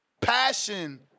passion